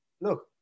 look